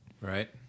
Right